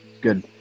Good